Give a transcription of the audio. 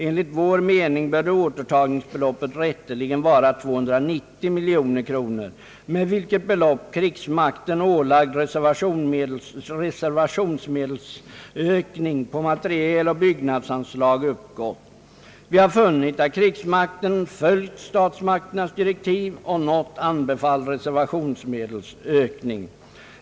Enligt vår mening bör återtagningsbeloppet rätteligen vara 290 miljoner kronor, med vilket belopp krigsmakten ålagd reservationsmedelsökning på materieloch byggnadsanslag uppgått. Vi har funnit att krigsmakten följt statsmakternas direktiv och nått anbefalld reservationsmedelsökning.